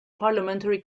parliamentary